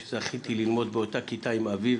שזכיתי ללמוד באותה כיתה עם אביו,